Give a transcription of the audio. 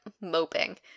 moping